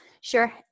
sure